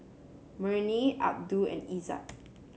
Murni Abdul and Izzat